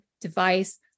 device